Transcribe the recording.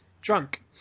Drunk